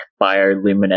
bioluminescence